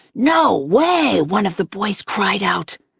no way! one of the boys cried out,